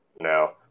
No